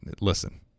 listen